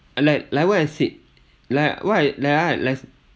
like like what I said like why I like like